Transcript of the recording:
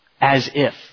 as-if